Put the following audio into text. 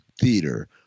Theater